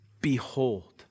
behold